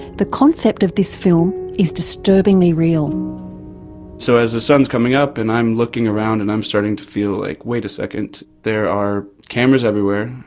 the concept of this film is disturbingly real. and so as the sun's coming up, and i'm looking around and i'm starting to feel like, wait a second, there are cameras everywhere.